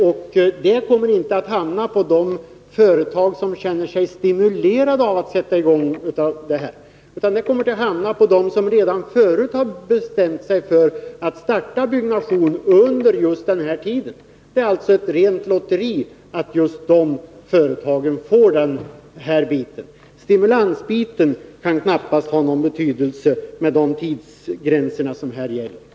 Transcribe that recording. Och det beloppet kommer inte att hamna hos de företag som känner sig stimulerade till att sätta i gång, utan det kommer att hamna hos dem som redan förut bestämt sig för att starta byggnation under just den här tiden. Det är alltså ett rent lotteri att just de företagen får den här biten. Stimulansbiten kan knappast ha någon betydelse med de tidsgränser som det gäller här.